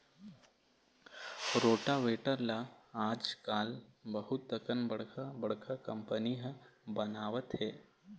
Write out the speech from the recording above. rotavator ल आजकाल बहुत अकन बड़का बड़का कंपनी ह बनावत हे